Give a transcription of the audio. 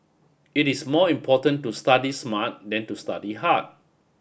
it is more important to study smart than to study hard